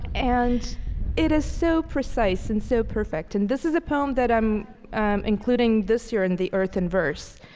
and it is so precise and so perfect. and this is a poem that i'm including this year, in the earth in verse,